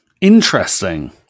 Interesting